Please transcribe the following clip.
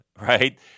right